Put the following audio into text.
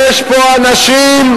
למה יהודים לא יכולים,